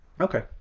okay